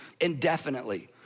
indefinitely